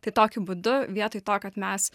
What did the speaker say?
tai tokiu būdu vietoj to kad mes